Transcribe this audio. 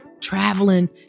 traveling